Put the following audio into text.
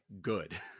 good